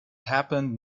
happened